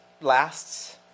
lasts